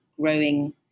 growing